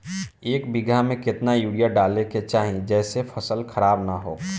एक बीघा में केतना यूरिया डाले के चाहि जेसे फसल खराब ना होख?